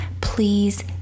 please